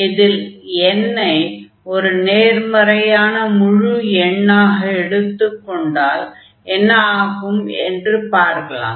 இதில் n ஐ ஒரு நேர்மறையான முழு எண்ணாக எடுத்துக் கொண்டால் என்ன ஆகும் என்று பார்க்கலாம்